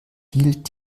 hielt